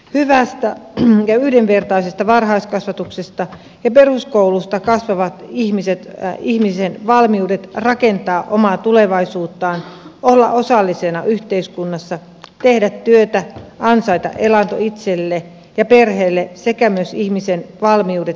hyvästä ja yhdenvertaisesta varhaiskasvatuksesta ja peruskoulusta kasvavat ihmisen valmiudet rakentaa omaa tulevaisuuttaan olla osallisena yhteiskunnassa tehdä työtä ansaita elanto itselle ja perheelle sekä myös ihmisen valmiudet elinikäiseen oppimiseen